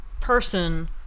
person